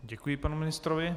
Děkuji panu ministrovi.